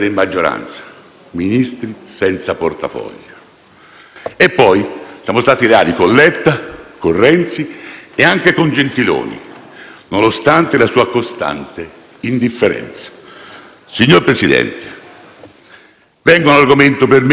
E poi siamo stati leali con Letta, con Renzi e anche con Gentiloni Silveri, nonostante la sua costante indifferenza. Signor Presidente, vengo a un argomento per me indubbiamente scomodo.